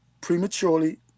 prematurely